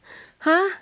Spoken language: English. !huh!